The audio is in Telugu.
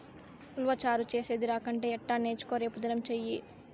ఉలవచారు చేసేది రాకంటే ఎట్టా నేర్చుకో రేపుదినం సెయ్యి